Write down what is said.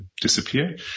disappear